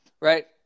right